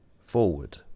Forward